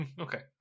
Okay